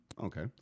Okay